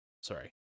sorry